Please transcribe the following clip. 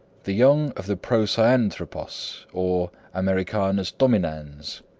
the young of the procyanthropos, or americanus dominans.